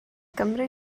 gymri